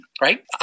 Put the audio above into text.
right